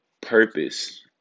purpose